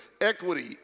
equity